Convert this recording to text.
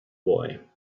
boy